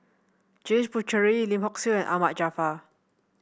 James Puthucheary Lim Hock Siew and Ahmad Jaafar